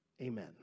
Amen